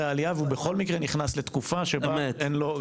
העלייה ובכל מקרה הוא נכנס לתקופה שבה אין לו --- אמת.